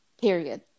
period